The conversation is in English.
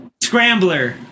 Scrambler